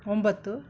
ಒಂಬತ್ತು